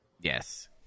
Yes